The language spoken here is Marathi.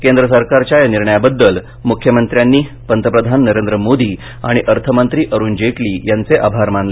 केंद्रसरकारच्या या निर्णयाबद्दल मुख्यमंत्र्यांनी पंतप्रधान नरेंद्र मोदी आणि अर्थमंत्री अरुण जेटली यांचे आभार मानले